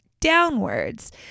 downwards